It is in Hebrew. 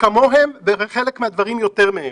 אנחנו עושים כמוהם ובחלק מהדברים גם יותר מהם.